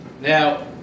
Now